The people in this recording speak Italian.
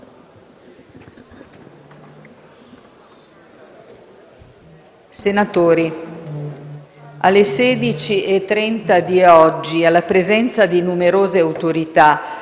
senatori, alle 16,30 di oggi, alla presenza di numerose autorità,